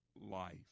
life